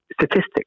statistics